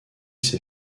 ses